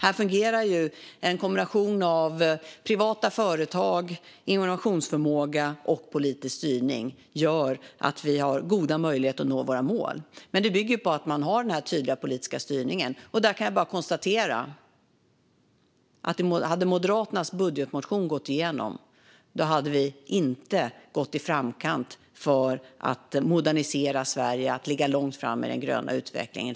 Här fungerar en kombination av privata företag, innovationsförmåga och politisk styrning, och det gör att vi har goda möjligheter att nå våra mål. Men det bygger på att man har den här tydliga politiska styrningen. Jag kan bara konstatera att hade Moderaternas budgetmotion gått igenom skulle vi inte ha gått i framkant när det gäller att modernisera Sverige och ligga långt fram i den gröna utvecklingen.